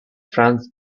franz